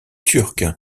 turc